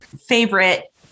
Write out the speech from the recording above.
favorite